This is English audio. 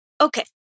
Okay